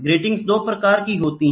greeting 2 प्रकार की होती है